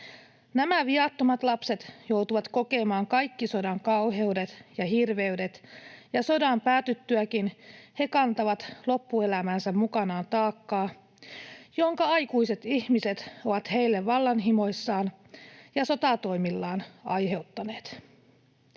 Nämä viattomat lapset joutuvat kokemaan kaikki sodan kauheudet ja hirveydet, ja sodan päätyttyäkin he kantavat loppuelämänsä mukanaan taakkaa, jonka aikuiset ihmiset ovat heille vallanhimossaan ja sotatoimillaan aiheuttaneet.